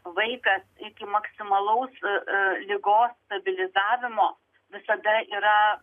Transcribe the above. vaikas iki maksimalaus ligos stabilizavimo visada yra